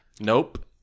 Nope